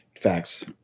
facts